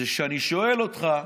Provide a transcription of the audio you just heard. כשאני שואל אותך,